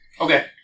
Okay